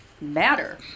matter